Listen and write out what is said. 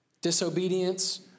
disobedience